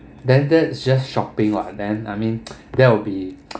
then that's just shopping [what] then I mean that will be